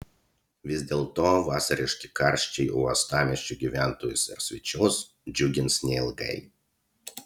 vis dėlto vasariški karščiai uostamiesčio gyventojus ir svečius džiugins neilgai